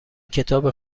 کتاب